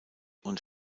und